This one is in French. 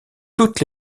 toutes